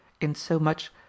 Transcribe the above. insomuch